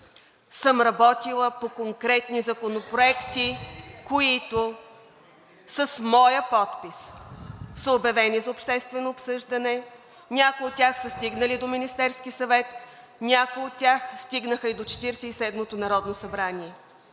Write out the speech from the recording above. съм работила по конкретни законопроекти, които с моя подпис са обявени за обществено обсъждане, някои от тях са стигнали до Министерския съвет, някои от тях стигнаха и до Четиридесет